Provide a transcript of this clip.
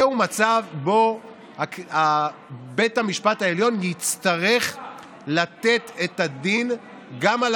זהו מצב שבו בית המשפט העליון יצטרך לתת את הדין גם על